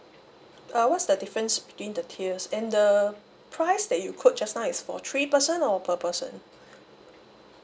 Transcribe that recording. uh what's the difference between the tiers and the price that you quote just now is for three person or per person